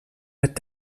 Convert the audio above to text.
wird